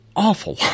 awful